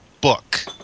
book